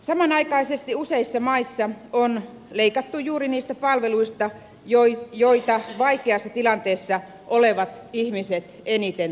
samanaikaisesti useissa maissa on leikattu juuri niistä palveluista joita vaikeassa tilanteessa olevat ihmiset eniten tarvitsisivat